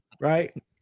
Right